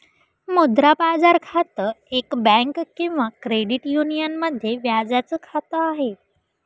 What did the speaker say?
मुद्रा बाजार खातं, एक बँक किंवा क्रेडिट युनियन मध्ये व्याजाच खात आहे